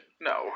No